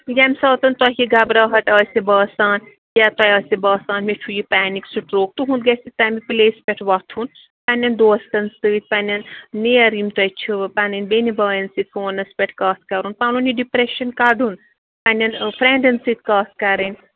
ییٚمہِ ساتَن تۄہہِ یہِ گبراہت آسہِ باسان یا تۄہہِ آسہِ باسان مےٚ چھُ یہِ پینِک سٹروک تُہُنٛد گژھِ تَمہِ پٕلیس پٮ۪ٹھ وۄتھُن پنٛنٮ۪ن دوستَن سۭتۍ پنٛنٮ۪ن نیر یِم تۄہہِ چھِو پَنٕنۍ بیٚنہِ بایَن سۭتۍ فونَس پٮ۪ٹھ کَتھ کَرُن پَنُن یہِ ڈِپریشَن کَڑُن پنٛنٮ۪ن فرینٛڈَن سۭتۍ کتھ کَرٕنۍ